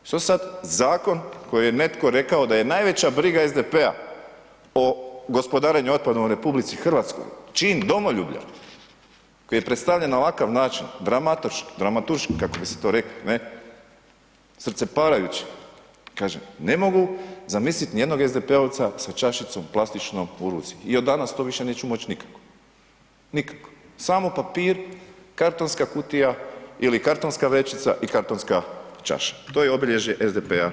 Što sad zakon koji je netko rekao da je veća briga SDP-a o gospodarenju otpadom u RH, čin domoljublja koji je predstavljen na ovakav način, dramaturški kako bi se to reklo, ne, srceparajući, kažem, ne mogu zamisliti nijednog SDP-ovca sa čašicom plastičnom u ruci i od danas to više neću moć nikako, nikako, samo papir, kartonska kutija ili kartonska vrećica i kartonska čaša, to je obilježje SDP-a danas.